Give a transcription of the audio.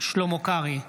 שלמה קרעי,